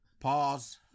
pause